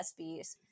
SBs